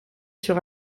sur